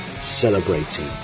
celebrating